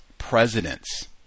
presidents